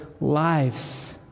lives